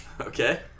Okay